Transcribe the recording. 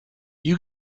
you